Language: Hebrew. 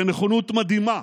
בנכונות מדהימה